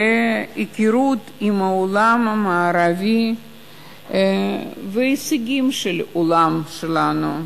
על היכרות עם העולם המערבי וההישגים של העולם שלנו,